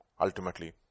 ultimately